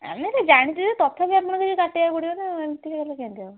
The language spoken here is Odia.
ଆମେ ଜାଣିଛୁ ଯେ ତଥାପି ଆପଣଙ୍କୁ କିଛି କାଟିବାକୁ ପଡ଼ିବ ନା ଏମିତି ହେଲେ କେମିତି ହବ